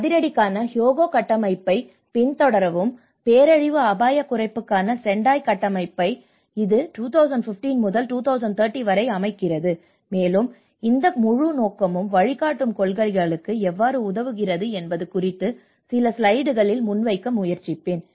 அதிரடிக்கான Hyogo கட்டமைப்பைப் பின்தொடரவும் பேரழிவு அபாயக் குறைப்புக்கான செண்டாய் கட்டமைப்பை இது 2015 முதல் 2030 வரை அமைக்கிறது மேலும் இந்த முழு நோக்கமும் வழிகாட்டும் கொள்கைகளுக்கு எவ்வாறு உதவுகிறது என்பது குறித்து சில ஸ்லைடுகளில் முன்வைக்க முயற்சிப்பேன்